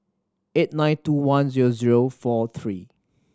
eight nine two one zero zero four three